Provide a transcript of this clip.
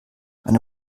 eine